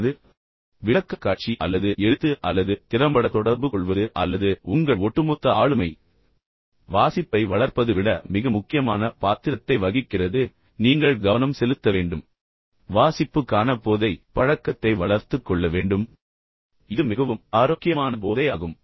எனவே அது விளக்கக்காட்சி அல்லது எழுத்து அல்லது திறம்பட தொடர்புகொள்வது அல்லது உங்கள் ஒட்டுமொத்த ஆளுமை வாசிப்பை வளர்ப்பது விட மிக முக்கியமான பாத்திரத்தை வகிக்கிறது இது ஒரு முக்கிய விஷயமாகும் மேலும் நீங்கள் கவனம் செலுத்த வேண்டும் மற்றும் வாசிப்புக்கான போதை பழக்கத்தை வளர்த்துக் கொள்ள வேண்டும் மேலும் இது மிகவும் ஆரோக்கியமான போதை ஆகும்